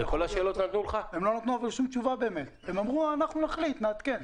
הם אמרו אנחנו נחליט, נעדכן.